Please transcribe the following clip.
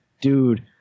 dude